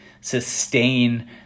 sustain